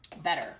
better